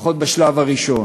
לפחות בשלב הראשון.